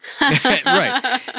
Right